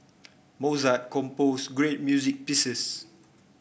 Mozart composed great music pieces